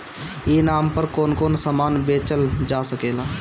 ई नाम पर कौन कौन समान बेचल जा सकेला?